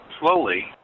Slowly